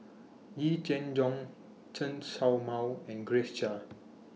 Yee Jenn Jong Chen Show Mao and Grace Chia